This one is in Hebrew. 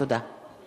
תודה.